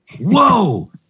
Whoa